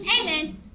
Amen